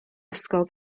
ysgol